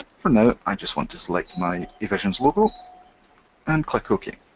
for now i just want to select my evisions logo and click ok.